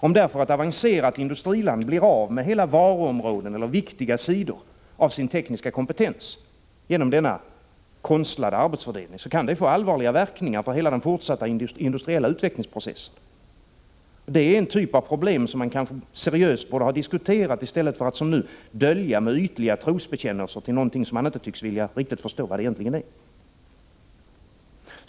Om ett avancerat industriland blir av med hela varuområden eller viktiga sidor av sin tekniska kompetens till följd av denna konstlade arbetsfördelning, kan det få allvarliga verkningar för hela den fortsatta industriella utvecklingsprocessen. Det är en typ av problem som man seriöst borde ha diskuterat i stället för att som nu dölja dem bakom ytliga trosbekännelser till något som man inte tycks vilja förstå innebörden av.